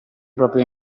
proprio